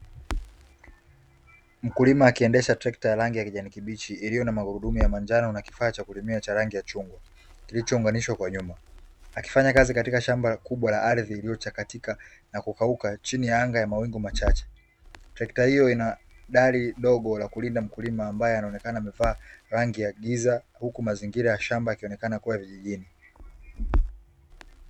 Mkulima akiendesha trekta ya rangi kijani kibichi iliyo na magurudumu ya manjano na kifaa cha kulimia cha rangi ya chungwa kilichoungwanishwa kwa nyuma. Akifanya kazi katika shamba kubwa la ardhi iliyochakatika na kukauka chini ya anga ya mawingu machache. Trekta hiyo ina dali dogo la kulinda mkulima ambaye anaonekana amevaa rangi ya giza huku mazingira ya shamba yakionekana kuwa ya vijijni.